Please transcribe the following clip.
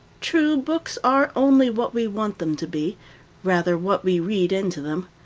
true, books are only what we want them to be rather, what we read into them.